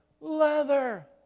Leather